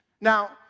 now